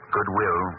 Goodwill